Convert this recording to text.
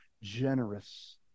generous